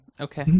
Okay